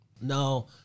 No –